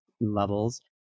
levels